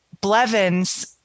Blevins